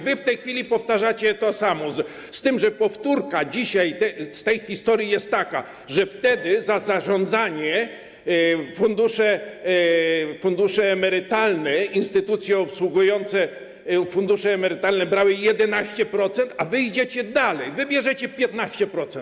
W tej chwili powtarzacie to samo, z tym że powtórka w przypadku tej historii jest taka, że wtedy za zarządzanie fundusze emerytalne, instytucje obsługujące fundusze emerytalne brały 11%, a wy idziecie dalej, bo bierzecie 15%.